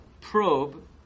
probe